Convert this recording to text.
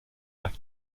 left